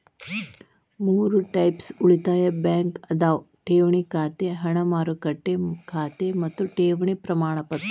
ಮೂರ್ ಟೈಪ್ಸ್ ಉಳಿತಾಯ ಬ್ಯಾಂಕ್ ಅದಾವ ಠೇವಣಿ ಖಾತೆ ಹಣ ಮಾರುಕಟ್ಟೆ ಖಾತೆ ಮತ್ತ ಠೇವಣಿ ಪ್ರಮಾಣಪತ್ರ